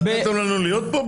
נתתם לנו להיות פה בכלל?